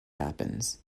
happens